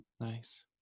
nice